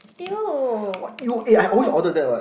!eww! no